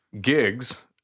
gigs